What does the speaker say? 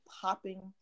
popping